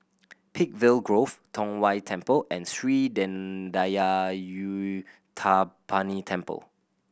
Peakville Grove Tong Whye Temple and Sri Thendayuthapani Temple